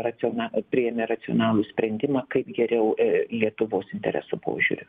raciona priėmė racionalų sprendimą kaip geriau lietuvos interesų požiūriu